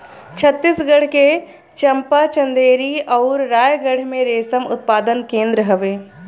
छतीसगढ़ के चंपा, चंदेरी अउरी रायगढ़ में रेशम उत्पादन केंद्र हवे